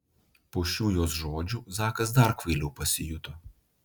po šių jos žodžių zakas dar kvailiau pasijuto